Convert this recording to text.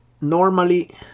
Normally